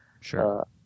Sure